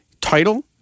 title